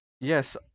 yes